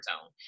zone